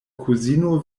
kuzino